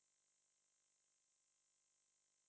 but if is the only thing available then have to eat lah